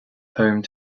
home